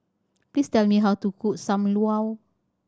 please tell me how to cook Sam Lau